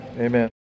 Amen